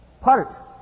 parts